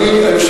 אני אוסיף